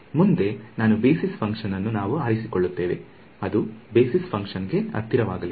ಮುಂದೆ ನಾವು basis function ಅನ್ನು ನಾವು ಆರಿಸಿಕೊಳ್ಳುತ್ತೇವೆ ಅದು ಬೇಸಿಸ್ ಫಂಕ್ಷನ್ ಗೆ ಹತ್ತಿರವಾಗಲಿದೆ